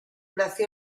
nació